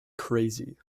crazy